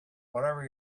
wherever